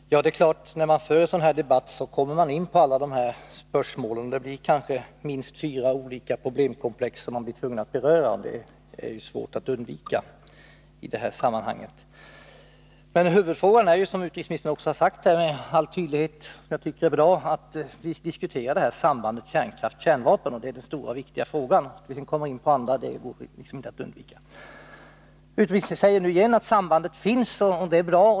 Herr talman! Det är klart att man när man för en sådan här debatt kommer in på alla de här spörsmålen. Man blir kanske tvungen att beröra minst fyra olika problemkomplex — det är svårt att undvika i detta sammanhang. Huvudfrågan är emellertid som utrikesministern framhållit med all tydlighet — och det tycker jag är bra — diskussionen om sambandet mellan kärnkraft och kärnvapen. Utrikesministern säger alltså att sambandet finns, och det är bra.